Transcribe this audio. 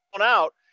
out